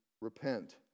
repent